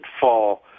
fall